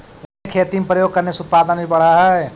उन्हें खेती में प्रयोग करने से उत्पादन भी बढ़अ हई